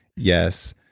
yes.